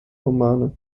romane